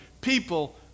people